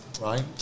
Right